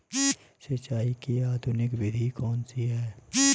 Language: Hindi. सिंचाई की आधुनिक विधि कौनसी हैं?